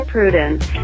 Prudence